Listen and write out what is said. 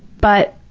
but